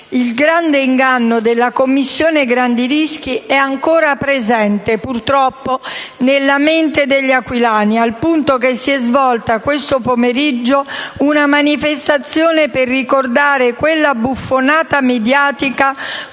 il grande inganno della commissione grandi rischi è ancora presente purtroppo nella mente degli aquilani, al punto che è si è svolta questo pomeriggio una manifestazione per ricordare quella buffonata mediatica